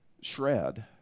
shred